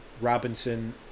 Robinson